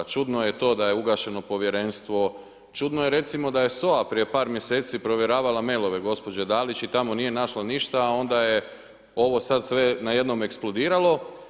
Čudno je to da je ugašeno povjerenstvo, čudno je recimo da je SOA prije par mjeseci provjeravala mailove gospođe Dalić i tamo nije našla ništa i onda je sad sve najednom eksplodiralo.